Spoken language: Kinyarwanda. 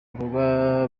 bikorwa